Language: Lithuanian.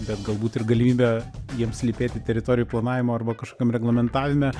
bet galbūt ir galimybę jiems slypėti teritorijų planavimo arba kažkokiam reglamentavime